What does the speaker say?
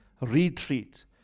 retreat